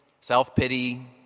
self-pity